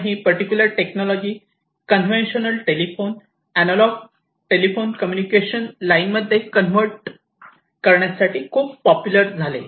आणि ही particular technology conventional telephone analog telephone communication लाइनमध्ये कन्व्हर्ट करण्यासाठी खूप पॉप्युलर झाले